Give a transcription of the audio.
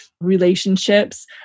relationships